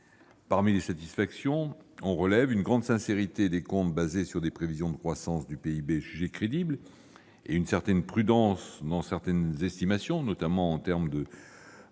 Parmi les satisfactions, on relève une grande sincérité des comptes, fondés sur des prévisions de croissance du PIB jugées crédibles et une certaine prudence des estimations. Je pense notamment